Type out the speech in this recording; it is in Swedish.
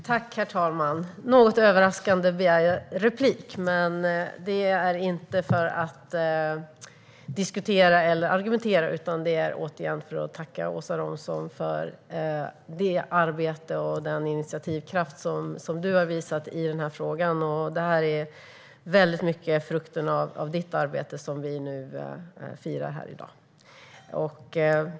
Herr talman! Något överraskande begär jag replik, men det är inte för att diskutera eller argumentera, utan det är återigen för att tacka Åsa Romson för hennes arbete och den initiativkraft som hon har visat i den här frågan. Det är väldigt mycket frukten av hennes arbete som vi firar här i dag.